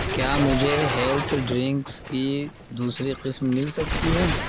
کیا مجھے health drinks کی دوسری قسم مل سکتی ہے